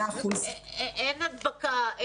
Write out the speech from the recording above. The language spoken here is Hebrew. אין הדבקה,